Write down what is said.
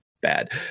bad